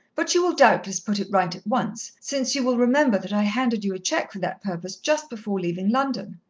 but you will doubtless put it right at once, since you will remember that i handed you a cheque for that purpose just before leaving london.